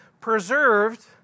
preserved